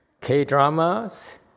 K-dramas